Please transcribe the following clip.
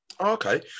okay